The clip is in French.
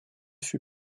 fut